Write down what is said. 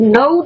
no